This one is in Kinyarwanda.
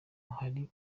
hari